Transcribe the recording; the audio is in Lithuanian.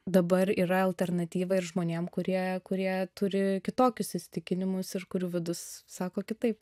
dabar yra alternatyva ir žmonėm kurie kurie turi kitokius įsitikinimus ir kurių vidus sako kitaip